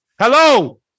hello